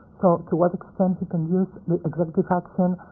to what extent he can use the executive action?